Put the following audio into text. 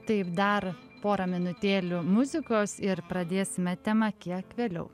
taip dar pora minutėlių muzikos ir pradėsime temą kiek vėliau